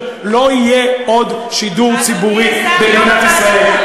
לא יהיה עוד שידור ציבורי במדינת ישראל.